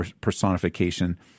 personification